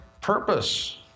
purpose